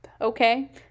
okay